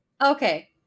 Okay